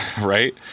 Right